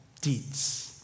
deeds